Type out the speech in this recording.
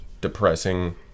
depressing